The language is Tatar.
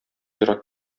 ерак